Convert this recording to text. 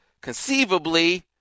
conceivably